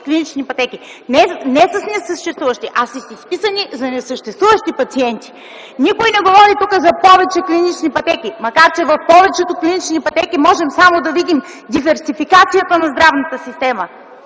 клинични пътеки. Всъщност не с несъществуващите, а с изписани, но за несъществуващи пациенти. Никой не говори за повече клинични пътеки, макар че в повечето клинични пътеки можем да видим само диверсификацията на здравната система